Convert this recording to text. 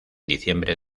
diciembre